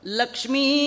Lakshmi